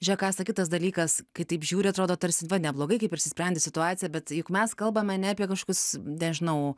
žiūrėk asta kitas dalykas kai taip žiūri atrodo tarsi va neblogai kaip ir išsisprendė situacija bet juk mes kalbame ne apie kažkokius nežinau